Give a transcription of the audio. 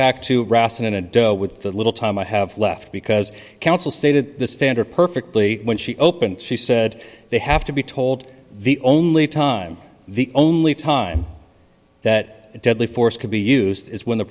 back to ross in a duel with the little time i have left because counsel stated the standard perfectly when she opened she said they have to be told the only time the only time that deadly force can be used is when the